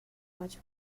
much